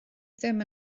ddim